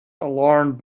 alarmed